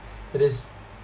it is